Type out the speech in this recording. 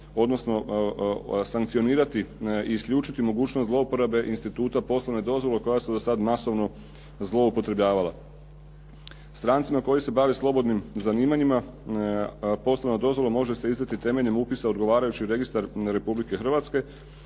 odnosno sankcionirati i isključiti mogućnost zlouporabe instituta poslovne dozvole koja se do sada masovno zloupotrebljavala. Strancima koji se bave slobodnim zanimanjima poslovna dozvola može se izdati temeljem upisa u odgovarajući registar Republike Hrvatske.